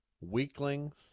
weaklings